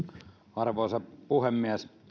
arvoisa puhemies